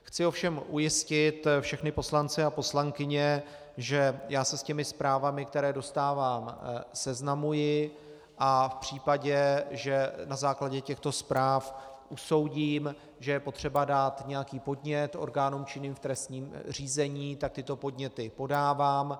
Chci ovšem ujistit všechny poslance a poslankyně, že se s těmi zprávami, které dostávám, seznamuji a v případě, že na základě těchto zpráv usoudím, že je potřeba dát nějaký podnět orgánům činným v trestním řízení, tak tyto podněty podávám.